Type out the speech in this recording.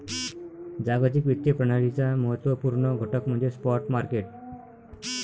जागतिक वित्तीय प्रणालीचा महत्त्व पूर्ण घटक म्हणजे स्पॉट मार्केट